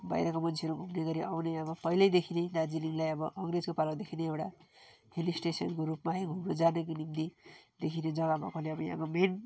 बाहिरको मान्छेहरू घुम्ने गरी आउने अब पहिल्यैदेखि नै दार्जिलिङलाई अब अङ्ग्रेजको पालादेखि नै एउटा हिल स्टेसनको रूपमा है घुम्नु जानुको निम्ति देखिने जग्गा भएकोले अब यहाँको मेन